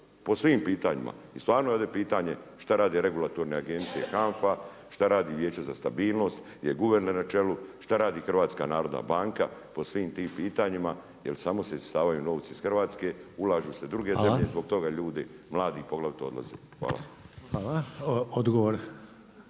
po svim pitanjima. I stvarno je ovdje pitanje šta rade regulatorne agencije HANF-a, šta radi Vijeće za stabilnost, je guverner na čelu, šta radi HNB-a, po svim tim pitanjima jer samo se isisavaju novci iz Hrvatske, ulažu se druge zemlje i zbog toga ljudi mladi poglavito odlaze. Hvala. **Reiner,